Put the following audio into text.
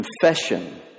confession